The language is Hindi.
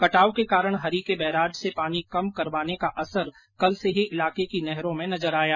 कटाव के कारण हरिके बेराज से पानी कम करवाने का असर कल से ही इलाके की नहरों में नजर आया